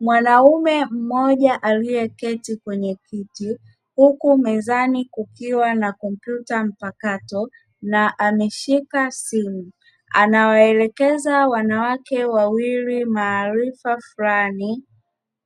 Mwanaume mmoja aliyeketi kwenye kiti huku mezani kukiwa na kompyuta mpakato na ameshika simu, anawaelekeza wanawake wawili maarifa fulani,